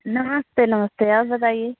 नमस्ते नमस्ते और बताइए